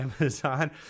Amazon